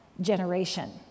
generation